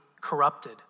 corrupted